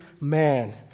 man